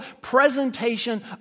presentation